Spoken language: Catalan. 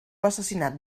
assassinat